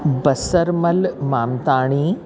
Basarmal Mamtani